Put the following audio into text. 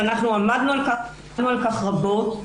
ועמדנו על כך רבות,